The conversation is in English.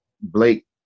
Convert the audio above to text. Blake